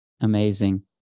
Amazing